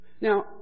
Now